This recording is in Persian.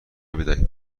بدهید